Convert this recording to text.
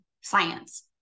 science